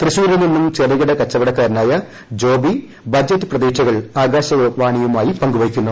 തൃശ്ശൂരിൽ നിന്നും ചെറുക്ടിടി കച്ചവടക്കാരനായ ജോബി ബജറ്റ് പ്രതീക്ഷകൾ ആകാശവാണിയുമായി പങ്കുവയ്ക്കുന്നു